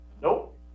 Nope